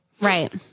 Right